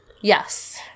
Yes